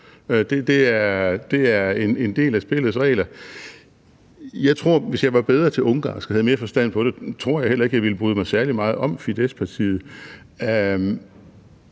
Det er en del af spillets regler. Jeg tror, at jeg, hvis jeg var bedre til ungarsk og havde mere forstand på det, heller ikke ville bryde mig særlig meget om Fidesz-partiet.